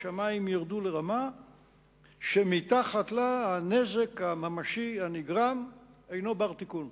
שהמים ירדו לרמה שמתחת לה הנזק הממשי שנגרם אינו בר-תיקון.